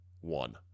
one